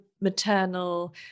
maternal